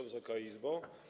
Wysoka Izbo!